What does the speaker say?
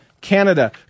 Canada